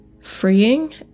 freeing